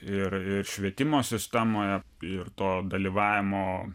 ir ir švietimo sistemoje ir to dalyvavimo